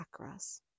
chakras